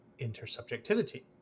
intersubjectivity